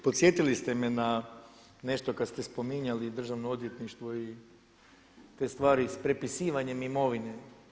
Podsjetili ste me na nešto kad ste spominjali i državno odvjetništvo i te stvari s prepisivanjem imovine.